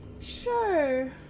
Sure